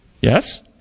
Yes